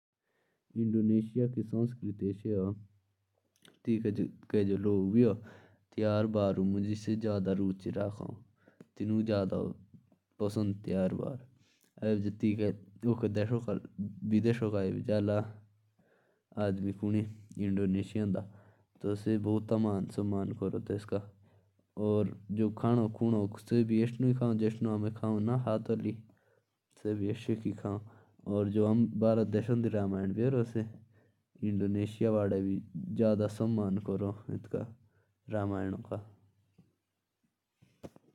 इंडोनेशिया वहां लोग खाना खाते ह ना तो वो ज्यादा खाना हाथों से खाते ह। और रामायण का ज्यादा प्रभाव ह।